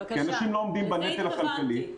כי אנשים לא עומדים בנטל הכלכלי.